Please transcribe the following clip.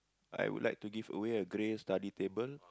I would like to give away a grey study table